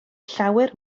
llawer